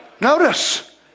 Notice